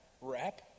Rap